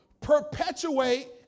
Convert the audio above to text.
Perpetuate